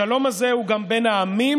השלום הזה הוא גם בין העמים